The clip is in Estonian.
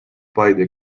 paide